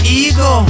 ego